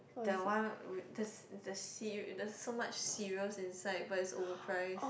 the one with the the cer~ with there's so much cereal inside but it's overpriced